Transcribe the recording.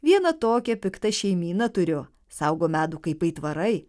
vieną tokią piktą šeimyną turiu saugo medų kaip aitvarai